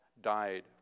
died